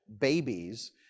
babies